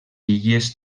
illes